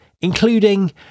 including